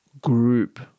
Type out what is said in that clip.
group